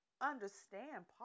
understand